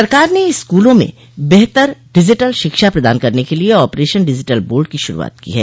सरकार ने स्कूलों में बेहतर डिजिटल शिक्षा प्रदान करने के लिए ऑपरेशन डिजिटल बोर्ड की शुरूआत की है